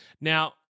Now